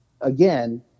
again